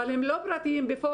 אבל הם לא פרטיים בפועל,